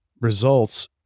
results